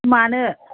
मानो